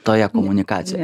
toje komunikacijoje